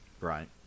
Right